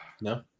No